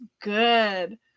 good